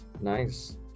Nice